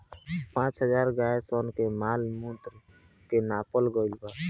पचास हजार गाय सन के मॉल मूत्र के नापल गईल बा